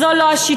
זו לא השיטה.